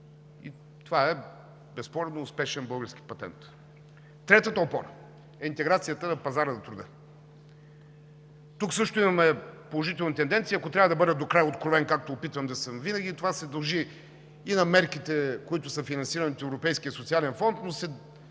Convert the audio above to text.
Това безспорно е успешен български патент. Третата опора е интеграцията на пазара на труда. Тук също имаме положителна тенденция. Ако трябва да бъда докрай откровен, както опитвам да съм винаги, това се дължи и на мерките, които са финансирани от Европейския социален фонд, но се